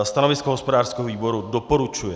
Stanovisko hospodářského výboru doporučuje.